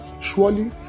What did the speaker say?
surely